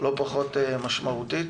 לא פחות משמעותית.